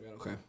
Okay